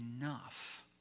enough